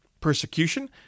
Persecution